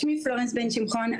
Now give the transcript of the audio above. שמי פלורנס בן שמחון,